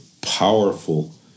powerful